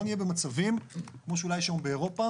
נהיה במצבים כמו שאולי יש היום באירופה,